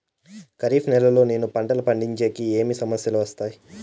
ఖరీఫ్ నెలలో నేను పంటలు పండించేకి ఏమేమి సమస్యలు వస్తాయి?